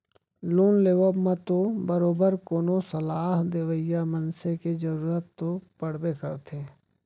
loan लेवब म तो बरोबर कोनो सलाह देवइया मनसे के जरुरत तो पड़बे करथे